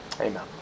Amen